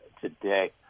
today